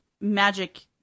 magic